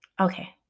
Okay